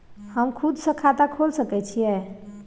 हम खुद से खाता खोल सके छीयै?